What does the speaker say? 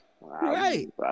Right